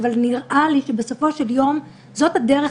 אבל נראה לי שבסופו של יום זאת הדרך,